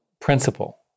principle